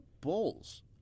Bulls